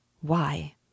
Why